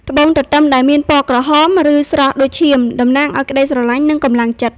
ត្បូងទទឹមដែលមានពណ៌ក្រហម ឬស្រស់ដូចឈាម តំណាងឱ្យក្តីស្រឡាញ់ និងកម្លាំងចិត្ត។